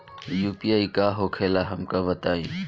UPI का होखेला हमका बताई?